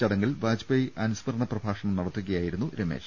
ചടങ്ങിൽ വാജ്പേയ് അനുസ്മരണ പ്രഭാഷണം നടത്തുകയായിരുന്നു രമേഷ്